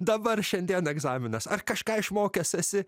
dabar šiandien egzaminas ar kažką išmokęs esi